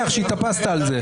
להפך,